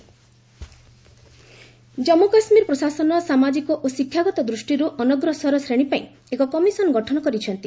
JK commission Jammu Kashmir ପ୍ରଶାସନ ସାମାଜିକ ଓ ଶିକ୍ଷାଗତ ଦୃଷ୍ଟିରୁ ଅନଗ୍ରସର ଶ୍ରେଣୀ ପାଇଁ ଏକ କମିଶନ୍ ଗଠନ କରିଛନ୍ତି